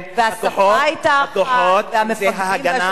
כל הכוחות שהיו בפנים,